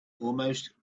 almost